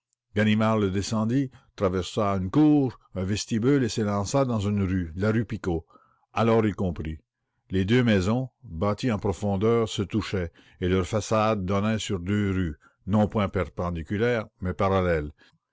le descendit traversa une cour un vestibule et s'élança dans une rue la rue picot alors il comprit les deux maisons bâties en profondeur se touchaient et leurs façades donnaient sur deux rues non point perpendiculaires mais parallèles